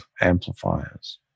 amplifiers